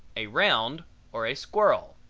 a round or a squirrel.